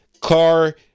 car